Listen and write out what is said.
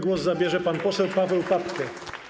Głos zabierze pan poseł Paweł Papke.